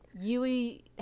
Yui